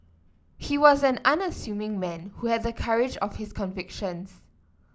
he was an unassuming man who had the courage of his convictions